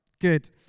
Good